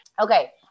Okay